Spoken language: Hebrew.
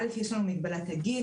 א' יש לנו את מגבלת הגיל,